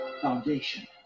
foundation